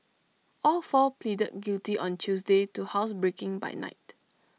all four pleaded guilty on Tuesday to housebreaking by night